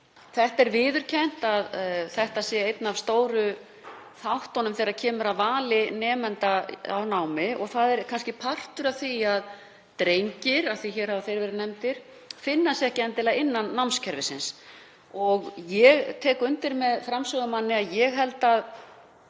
Það er viðurkennt að þetta sé einn af stóru þáttunum þegar kemur að vali nemenda á námi og það er kannski partur af því að drengir, af því að þeir hafa verið nefndir, finna sig ekki endilega innan námskerfisins. Ég tek undir með framsögumanni, ég held að